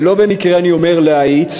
ולא במקרה אני אומר "להאיץ",